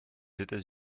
états